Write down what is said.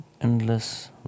endless